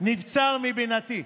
נבצר מבינתי,